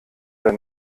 oder